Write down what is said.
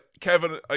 Kevin